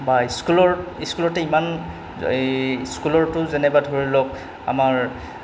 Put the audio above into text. বা স্কুলৰ স্কুলতে ইমান এই স্কুলৰতো যেনেবা ধৰি লওক আমাৰ